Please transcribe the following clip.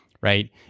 right